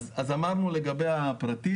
אז אמרנו לגבי הפרטי,